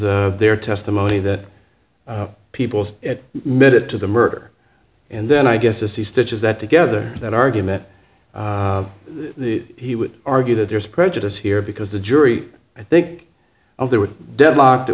of their testimony that people's it made it to the murder and then i guess is the stitches that together that argument the he would argue that there's prejudice here because the jury i think of they were deadlocked it